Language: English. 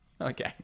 Okay